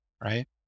Right